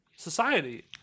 society